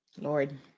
Lord